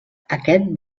aquest